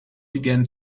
began